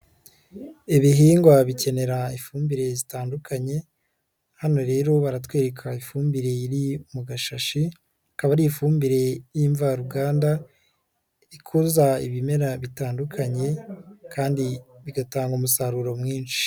Ibihingwa bikenera ifumbire zitandukanye, hano rero baratwereka ifumbire iri mu gashashi, ikaba ari ifumbire y'imvaruganda ikuza ibimera bitandukanye kandi bigatanga umusaruro mwinshi.